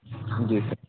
جی سر